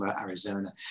Arizona